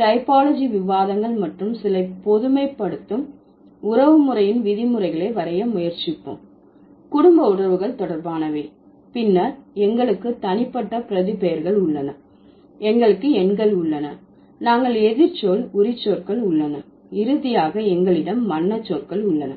typology விவாதங்கள் மற்றும் சில பொதுமைப்படுத்தும் உறவு முறையின் விதிமுறைகளை வரைய முயற்சிப்போம் குடும்ப உறவுகள் தொடர்பானவை பின்னர் எங்களுக்கு தனிப்பட்ட பிரதிபெயர்கள் உள்ளன எங்களுக்கு எண்கள் உள்ளன நாங்கள் எதிர்ச்சொல் உரிச்சொற்கள் உள்ளன இறுதியாக எங்களிடம் வண்ண சொற்கள் உள்ளன